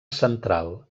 central